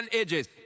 edges